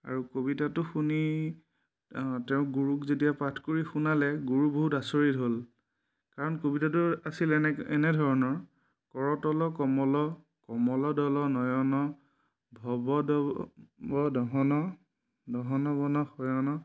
আৰু কবিতাটো শুনি তেওঁ গুৰুক যেতিয়া পাঠ কৰি শুনালে গুৰু বহুত আচৰিত হ'ল কাৰণ কবিতাটো আছিল এনে এনেধৰণৰ কৰতল কমল কমল দল নয়ন ভৱদৱ দহন গহন বন শয়ন